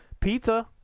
Pizza